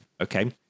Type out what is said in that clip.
okay